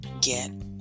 Get